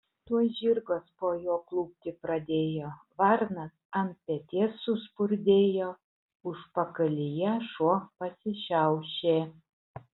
tuoj žirgas po juo klupti pradėjo varnas ant peties suspurdėjo užpakalyje šuo pasišiaušė